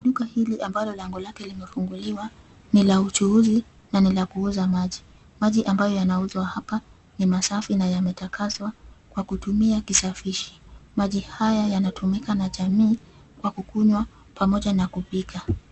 Duka hili ambalo lango lake limefunguliwa ni la uchuuzi na ni la kuuza maji. Maji ambayo yanauzwa hapa ni masafi na yametakaswa kwa kutumia kisafishi. Maji haya yanatumika na jamii kwa kukunywa pamoja na kupika.